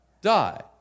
Die